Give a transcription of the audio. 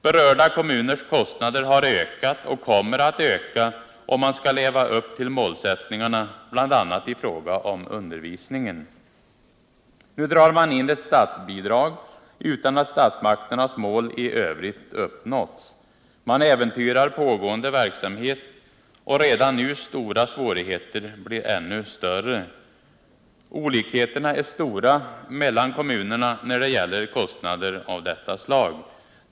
Berörda kommuners kostnader har ökat och kommer att öka, om man skall leva upp till målsättningarna bl.a. i fråga om undervisningen. Nu drar man in ett statsbidrag utan att statsmakternas mål i övrigt uppnåtts. Man äventyrar pågående verksamhet, och redan nu stora svårigheter blir ännu större. Olikheterna är stora mellan kommunerna när det gäller kostnader av detta slag.